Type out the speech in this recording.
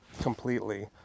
completely